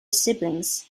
siblings